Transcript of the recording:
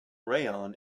rayon